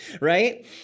Right